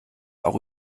auch